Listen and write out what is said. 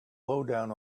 lowdown